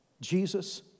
Jesus